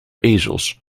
ezels